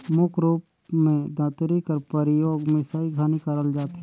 मुख रूप मे दँतरी कर परियोग मिसई घनी करल जाथे